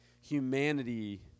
humanity